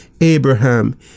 Abraham